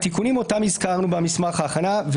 התיקונים שאותם הזכרנו במסמך ההכנה,